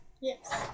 Yes